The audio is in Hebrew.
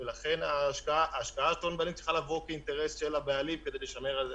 ולכן השקעת הון בעלים צריכה לבוא כאינטרס של הבעלים כדי לשמר.